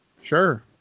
Sure